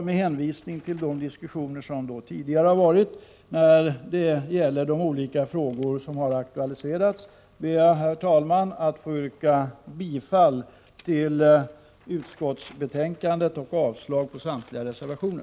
Med hänvisning till de diskussioner som tidigare har förts när det gäller de olika frågor som har aktualiserats ber jag, herr talman, att få yrka bifall till hemställan i utskottsbetänkandet och avslag på samtliga reservationer.